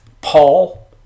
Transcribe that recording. Paul